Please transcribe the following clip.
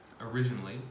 originally